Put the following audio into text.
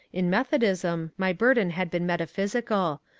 in metho dism my burden had been metaphysical,